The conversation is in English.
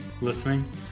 listening